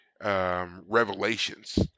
Revelations